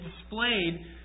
displayed